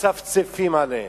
מצפצפים עליהם,